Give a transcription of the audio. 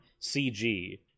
CG